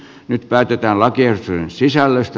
nyt päätetään lakiehdotusten sisällöstä